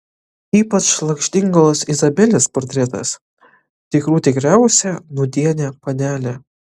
ypač lakštingalos izabelės portretas tikrų tikriausia nūdienė panelė